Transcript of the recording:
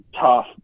Tough